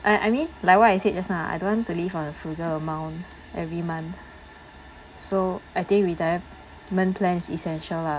I I mean like what I said just now I don't want to leave on a frugal amount every month so I think retirement plan is essential lah